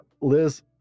Liz